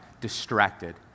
distracted